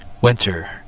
Winter